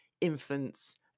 infants